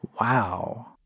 Wow